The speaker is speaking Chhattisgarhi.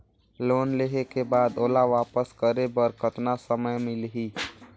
लोन लेहे के बाद ओला वापस करे बर कतना समय मिलही?